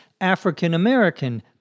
African-American